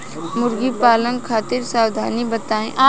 मुर्गी पालन खातिर सावधानी बताई?